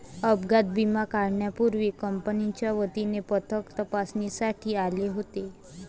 अपघात विमा काढण्यापूर्वी कंपनीच्या वतीने पथक तपासणीसाठी आले होते